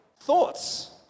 thoughts